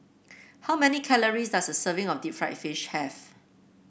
how many calories does a serving of Deep Fried Fish have